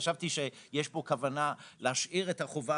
חשבתי שיש פה כוונה להשאיר את החובה